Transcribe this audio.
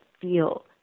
feel